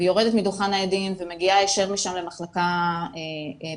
והיא יורדת מדוכן העדים ומגיעה ישר משם למחלקה פסיכיאטרית,